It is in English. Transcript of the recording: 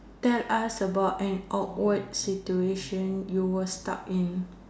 tell us about an awkward situation you were stuck in